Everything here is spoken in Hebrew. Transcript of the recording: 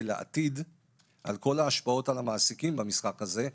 לעתיד על כל ההשפעות על המעסיקים במשחק הזה,